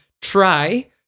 try